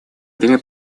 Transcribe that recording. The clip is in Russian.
время